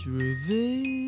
reveal